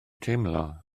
teimlo